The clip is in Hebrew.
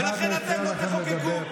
ולכן אתם לא תחוקקו.